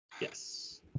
Yes